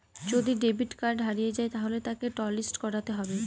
যদি debit card হারিয়ে যায় তাহলে তাকে টলিস্ট করাতে হবে